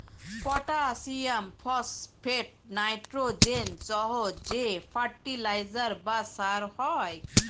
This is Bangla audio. পটাসিয়াম, ফসফেট, নাইট্রোজেন সহ যে ফার্টিলাইজার বা সার হয়